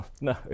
No